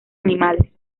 animales